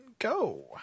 Go